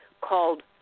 called